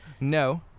No